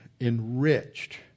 enriched